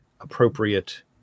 appropriate